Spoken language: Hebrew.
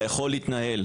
אתה יכול להתנהל.